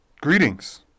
Greetings